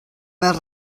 més